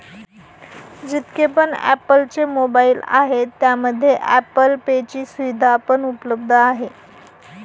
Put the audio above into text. जितके पण ॲप्पल चे मोबाईल आहे त्यामध्ये ॲप्पल पे ची सुविधा पण उपलब्ध आहे